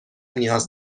نیاز